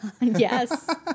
Yes